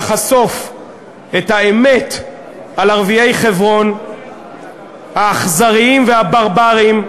לחשוף את האמת על ערביי חברון האכזריים והברבריים,